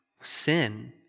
sin